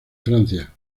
francia